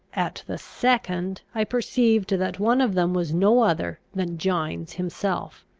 at the second, i perceived that one of them was no other than gines himself.